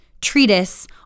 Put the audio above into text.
treatise